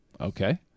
okay